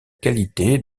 qualité